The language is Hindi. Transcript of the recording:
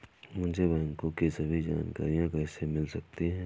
मुझे बैंकों की सभी जानकारियाँ कैसे मिल सकती हैं?